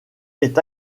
est